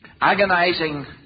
agonizing